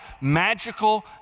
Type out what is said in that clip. magical